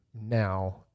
now